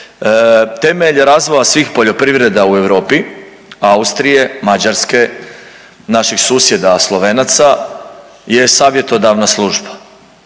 Temelj razvoja svih poljoprivreda u Europi Austrije, Mađarske, naših susjeda Slovenaca je savjetodavna služba.